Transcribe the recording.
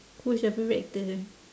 who's your favourite actor